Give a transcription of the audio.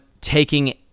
taking